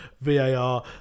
VAR